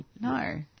No